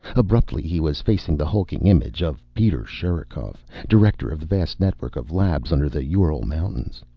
abruptly he was facing the hulking image of peter sherikov, director of the vast network of labs under the ural mountains.